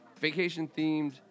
vacation-themed